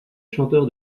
chanteur